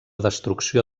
destrucció